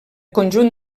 conjunt